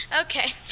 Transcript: Okay